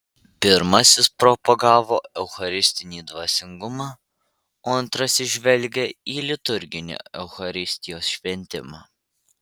pirmasis propagavo eucharistinį dvasingumą o antrasis žvelgė į liturginį eucharistijos šventimą